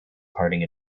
parting